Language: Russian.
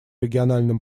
региональным